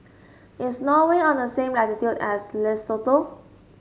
is Norway on the same latitude as Lesotho